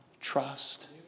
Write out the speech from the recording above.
trust